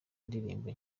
indirimbo